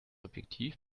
objektiv